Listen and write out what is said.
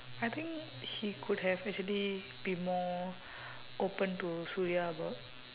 I think he could have actually be more open to suria about